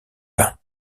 pain